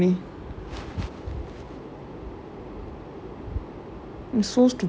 then I was like !aiyo! why did'nt you complain to me like I know like anything about it you just wasting my time only